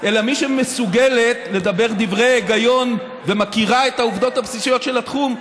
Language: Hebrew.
אלא מי שמסוגלת לדבר דברי היגיון ומכירה את העובדות הבסיסיות של התחום,